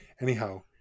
Anyhow